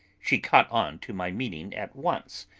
she caught on to my meaning at once,